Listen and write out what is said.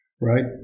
right